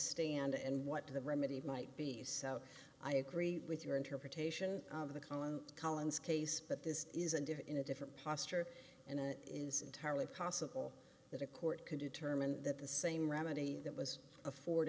stand and what the remedies might be so i agree with your interpretation of the column collins case but this isn't it in a different posture and it is entirely possible that a court can determine that the same remedy that was afford